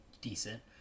decent